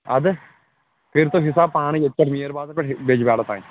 اَد کٔرۍ تو حِساب پانے ییٚتہِ پٮ۪ٹھ میٖر بازرٕ پٮ۪ٹھ بِجبِہارا تانۍ